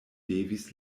devis